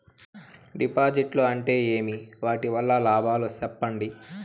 డిపాజిట్లు అంటే ఏమి? వాటి వల్ల లాభాలు సెప్పండి?